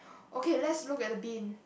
okay let's look at the bean